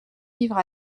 vivre